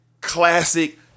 classic